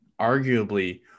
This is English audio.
arguably